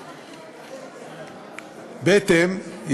בהתאם,